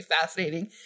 fascinating